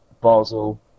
Basel